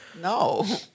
No